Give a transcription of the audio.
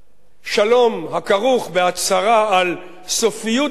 שלום הכרוך בהצהרה על סופיות הסכסוך